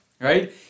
Right